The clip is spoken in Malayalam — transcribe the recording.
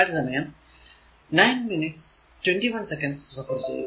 ഈ ഇക്വേഷൻ 3 അതായതു 2